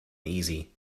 easy